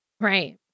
Right